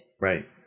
Right